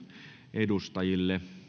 edustajille